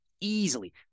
easily